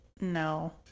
No